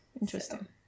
Interesting